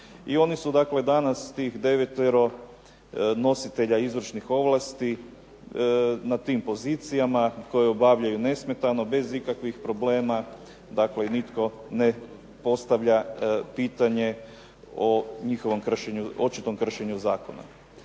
I oni su dakle danas, tih 9-oro nositelja izvršnih ovlasti na tim pozicijama koje obavljaju nesmetano, bez ikakvih problema, dakle nitko ne postavlja pitanje o njihovom očitom kršenju zakona.